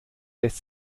lässt